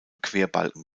querbalken